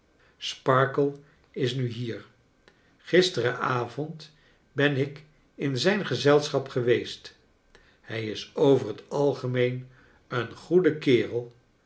sparkler is nu hier gisteren avond ben ik in zijn gezelschap geweest hij is over het algemeen een goede kerel